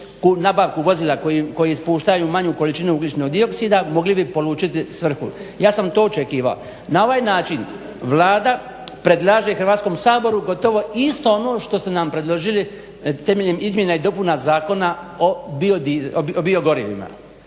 nabavku vozila koji ispuštaju manju količinu ugljičnog dioksida mogli bi polučiti svrhu. Ja sam to očekivao. Na ovaj način Vlada predlaže Hrvatskom saboru gotovo isto ono što ste nam predložili temeljem izmjena i dopuna Zakona o biogorivima,